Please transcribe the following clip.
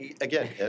again